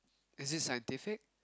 is it scientific